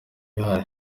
ihari